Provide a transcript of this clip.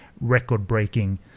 record-breaking